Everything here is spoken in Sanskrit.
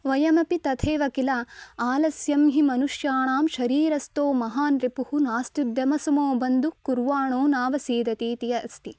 वयमपि तथैव किल आलस्यं हि मनुष्याणां शरीरस्थो महान् रिपुः नास्त्युद्यमसमो बन्धुः कुर्वाणो नावसीदति इति अस्ति